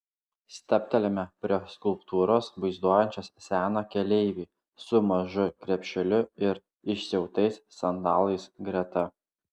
stabtelime prie skulptūros vaizduojančios seną keleivį su mažu krepšeliu ir išsiautais sandalais greta